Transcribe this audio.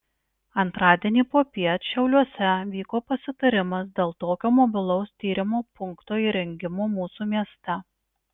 antradienį popiet šiauliuose vyko pasitarimas dėl tokio mobilaus tyrimų punkto įrengimo mūsų mieste